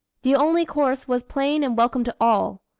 the only course was plain and welcome to all.